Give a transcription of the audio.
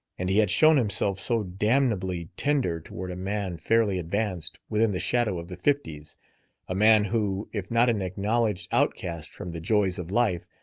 and he had shown himself so damnably tender toward a man fairly advanced within the shadow of the fifties a man who, if not an acknowledged outcast from the joys of life,